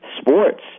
sports